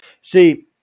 see